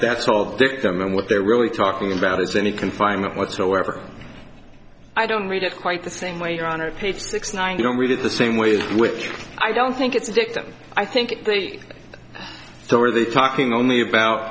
that's all victim and what they're really talking about is any confinement whatsoever i don't read it quite the same way your honor page six nine you don't read it the same way which i don't think it's victim i think they are so are they talking only about